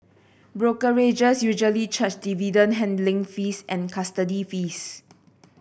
brokerages usually charge dividend handling fees and custody fees